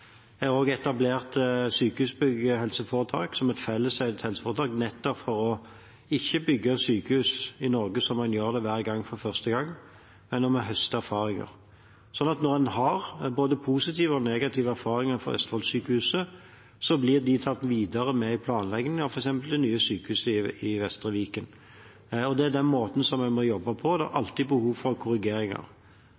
Jeg har også etablert Sykehusbygg HF som et felleseid helseforetak, nettopp for ikke å bygge sykehus i Norge som om en hver gang gjør det for første gang. En må høste erfaringer, sånn at når en har både positive og negative erfaringer fra Østfold sykehus, blir de tatt videre med i planleggingen av f.eks. det nye sykehuset i Vestre Viken. Det er den måten vi må jobbe på. Det er